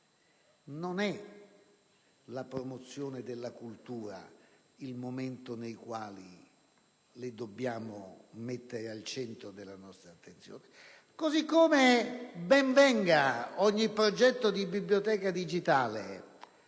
non è la promozione della cultura il momento nel quale le dobbiamo mettere al centro della nostra attenzione. Ben venga poi ogni progetto di biblioteca digitale